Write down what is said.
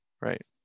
Right